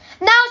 now